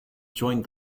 joined